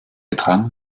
getragen